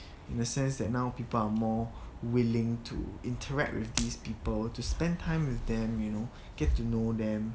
in the sense that now people are more willing to interact with these people to spend time with them you know get to know them